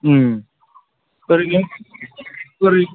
ओरैनो